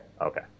Okay